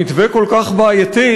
המתווה כל כך בעייתי,